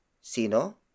Sino